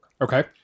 Okay